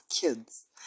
kids